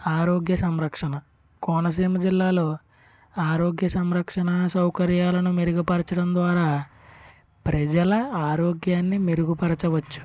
ఆరోగ్య సంరక్షణ కోనసీమ జిల్లాలో ఆరోగ్య సంరక్షణ సౌకర్యాలను మెరుగుపరచడం ద్వారా ప్రజల ఆరోగ్యాన్ని మెరుగుపరచవచ్చు